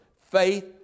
Faith